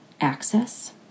access